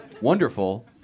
Wonderful